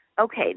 okay